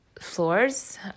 floors